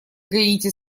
гаити